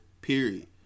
Period